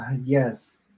Yes